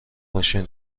ماشین